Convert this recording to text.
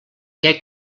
què